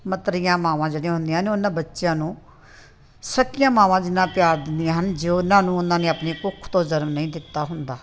ਮਤਰੇਈਆਂ ਮਾਵਾਂ ਜਿਹੜੀਆਂ ਹੁੰਦੀਆਂ ਨੇ ਉਹਨਾਂ ਬੱਚਿਆਂ ਨੂੰ ਸਕੀਆਂ ਮਾਵਾਂ ਜਿੰਨਾਂ ਪਿਆਰ ਦਿੰਦੀਆਂ ਹਨ ਜੋ ਉਹਨਾਂ ਨੂੰ ਉਹਨਾਂ ਨੇ ਆਪਣੀ ਕੁੱਖ ਤੋਂ ਜਨਮ ਨਹੀਂ ਦਿੱਤਾ ਹੁੰਦਾ